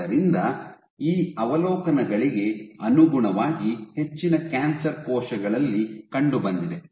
ಆದ್ದರಿಂದ ಈ ಅವಲೋಕನಗಳಿಗೆ ಅನುಗುಣವಾಗಿ ಹೆಚ್ಚಿನ ಕ್ಯಾನ್ಸರ್ ಕೋಶಗಳಲ್ಲಿ ಕಂಡುಬಂದಿದೆ